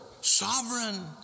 sovereign